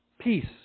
peace